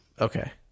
Okay